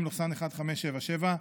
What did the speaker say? מ/1577,